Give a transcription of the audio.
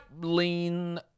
lean